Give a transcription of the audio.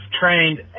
trained